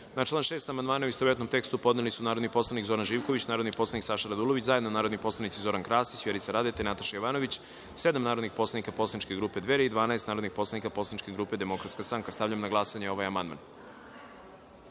član 28. amandmane, u istovetnom tekstu, podneli su narodni poslanik Zoran Živković, narodni poslanik Saša Radulović, zajedno narodni poslanici Zoran Krasić, Vjerica Radeta i Marko Milenković, sedam narodnih poslanik poslaničke grupe Dveri i 12 narodnih poslanika poslaničke grupe Demokratska stranka. Stavljam na glasanje ovaj